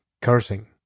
cursing